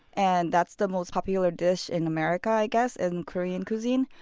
and that's the most popular dish in america, i guess. and in korean cuisine,